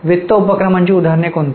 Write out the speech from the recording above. वित्त उपक्रमांची उदाहरणे कोणती